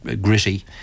gritty